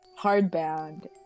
hardbound